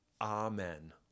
Amen